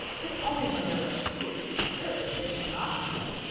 it's only when there are two or three pairs that it gets monotonous.